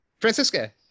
Francisca